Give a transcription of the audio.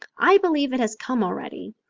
i believe it has come already,